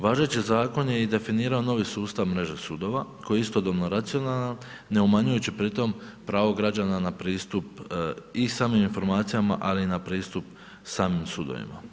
Važeći zakon je i definirao i novi sustav mreže sudova, koji je istodobno racionalan, ne umanjujući pritom pravo građana na pristup i samim informacijama, ali i na pristup samim sudovima.